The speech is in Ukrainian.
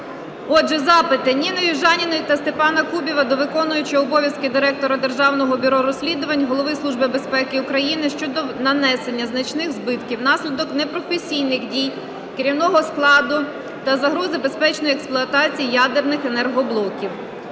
Отже, запити. Ніни Южаніної та Степана Кубіва до виконувача обов'язків Директора Державного бюро розслідувань, Голови Служби безпеки України щодо нанесення значних збитків внаслідок непрофесійних дій керівного складу та загрози безпечної експлуатації ядерних енергоблоків.